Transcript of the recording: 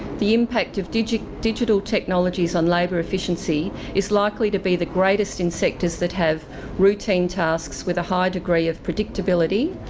the impact of digital digital technologies on labour efficiency is likely to be the greatest in sectors that have routine tasks with a high degree of predictability,